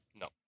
No